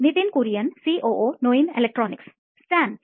Nitin Kurian COO ನೋಯಿನ್ electronics Sam